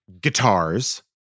guitars